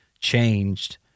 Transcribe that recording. changed